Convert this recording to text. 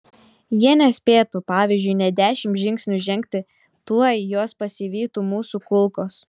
jie nespėtų pavyzdžiui nė dešimt žingsnių žengti tuoj juos pasivytų mūsų kulkos